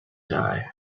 die